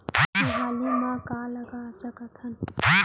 चुहरी म का लगा सकथन?